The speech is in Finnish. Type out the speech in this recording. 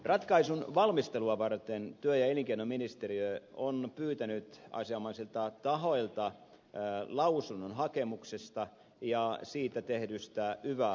ratkaisun valmistelua varten työ ja elinkeinoministeriö on pyytänyt asianomaisilta tahoilta lausunnot hakemuksesta ja siitä tehdystä yva lausunnosta